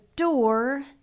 door